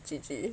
G_G